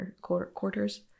quarters